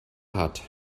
hat